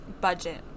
budget